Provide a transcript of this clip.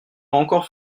encore